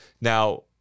Now